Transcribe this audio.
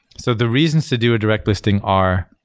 so the reasons to do a direct listing are,